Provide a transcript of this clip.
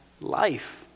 life